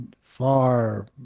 far